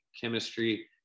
chemistry